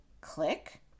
click